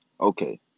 Okay